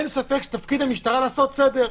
אין ספק שתפקיד המשטרה לעשות סדר.